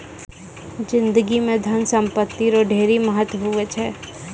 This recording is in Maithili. जिनगी म धन संपत्ति रो ढेरी महत्व हुवै छै